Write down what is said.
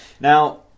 Now